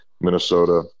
Minnesota